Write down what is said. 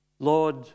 Lord